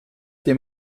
dem